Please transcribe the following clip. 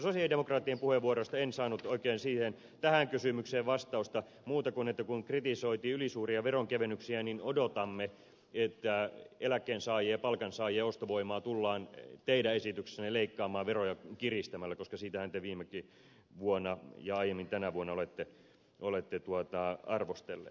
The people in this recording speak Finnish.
sosialidemokraattien puheenvuorosta en saanut oikein tähän kysymykseen vastausta muuta kuin että kun kritisoitiin ylisuuria veronkevennyksiä niin odotamme että eläkkeensaajien ja palkansaajien ostovoimaa tullaan teidän esityksessänne leikkaamaan veroja kiristämällä koska sitähän te viime vuonnakin ja aiemmin tänä vuonna olette arvostelleet